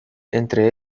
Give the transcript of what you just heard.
entre